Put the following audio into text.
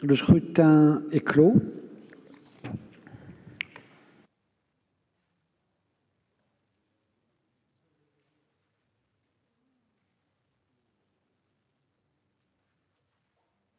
Le scrutin est clos.